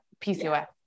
PCOS